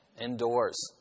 indoors